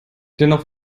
dennoch